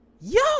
yo